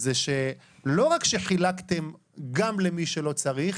להכניס הרבה מרכיבים שכרגע לא נמצאים